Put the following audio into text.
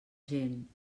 gent